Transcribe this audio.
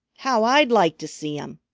how i'd like to see em!